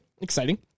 Exciting